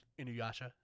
inuyasha